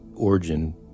origin